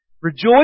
Rejoice